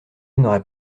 n’aurait